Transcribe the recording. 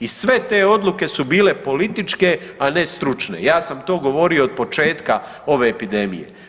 I sve te odluke su bile političke, a ne stručne ja sam to govorio od početka ove epidemije.